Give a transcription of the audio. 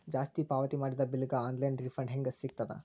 ಜಾಸ್ತಿ ಪಾವತಿ ಮಾಡಿದ ಬಿಲ್ ಗ ಆನ್ ಲೈನ್ ರಿಫಂಡ ಹೇಂಗ ಸಿಗತದ?